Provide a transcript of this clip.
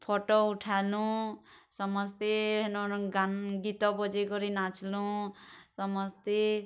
photo ଉଠାଲୁଁ ସମସ୍ତେ ହେନୁ ଗାନ୍ ଗୀତ ବଜେଇ କରି ନାଚ୍ଲୁଁ ସମସ୍ତେ